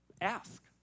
ask